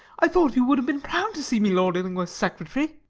i thought you would have been proud to see me lord illingworth's secretary.